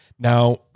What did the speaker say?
Now